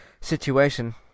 situation